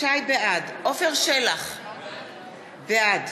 בעד עפר שלח, בעד